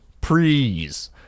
Please